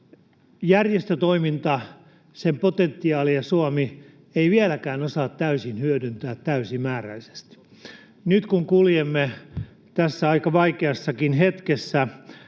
Järjestötoimintaa, sen potentiaalia, Suomi ei vieläkään osaa hyödyntää täysin, täysimääräisesti. Nyt, kun kuljemme tässä aika vaikeassakin hetkessä,